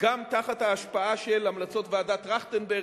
גם תחת ההשפעה של המלצות ועדת-טרכטנברג,